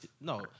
no